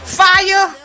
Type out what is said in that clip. fire